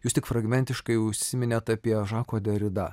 jūs tik fragmentiškai užsiminėt apie žako derida